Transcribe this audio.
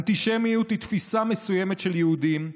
אנטישמיות היא תפיסה מסוימת של יהודים,